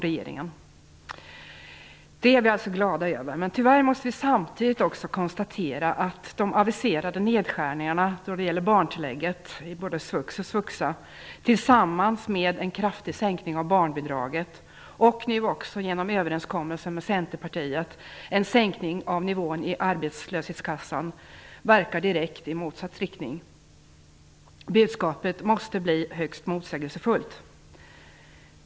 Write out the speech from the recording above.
Detta är vi alltså glada över. Men tyvärr måste vi samtidigt också konstatera att de aviserade nedskärningarna i barntillägget i både svux och svuxa tillsammans med en kraftig sänkning av barnbidraget och nu också överenskommelsen med Centerpartiet om sänkningen av ersättningsnivån i arbetslöshetskassan verkar i direkt motsatt riktning. Budskapet måste bli högst motsägelsefullt.